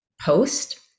post